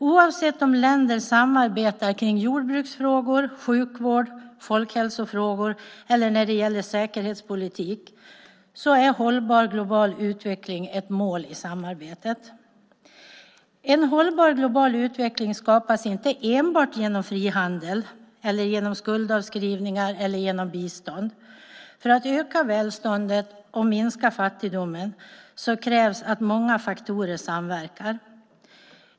Oavsett om länder samarbetar om jordbruksfrågor, sjukvårdsfrågor, folkhälsofrågor eller när det gäller säkerhetspolitik så är hållbar global utveckling ett mål i samarbetet. En hållbar global utveckling skapas inte enbart genom frihandel, skuldavskrivningar eller bistånd. För att öka välståndet och minska fattigdomen krävs att många faktorer samverkar.